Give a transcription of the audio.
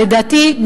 לדעתי,